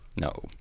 no